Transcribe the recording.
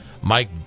Mike